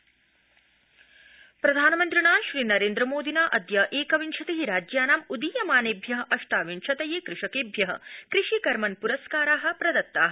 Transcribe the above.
प्रधानमन्त्री प्रधानमन्त्रिणा श्रीनरेन्द्रमोदिना अद्य एकविंशति राज्यानां उदीयमानेभ्य अष्टाविंशतये कृषकेभ्य कृषि कर्मन् पुरस्कारा प्रदत्ता